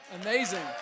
Amazing